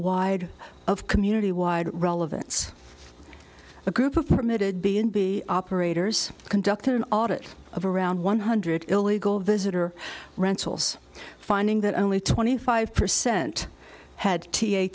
wide of community wide relevance a group of permitted b in b operators conducted an audit of around one hundred illegal visitor rentals finding that only twenty five percent had t